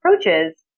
approaches